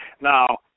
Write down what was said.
Now